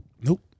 nope